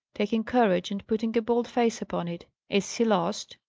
taking courage, and putting a bold face upon it. is he lost?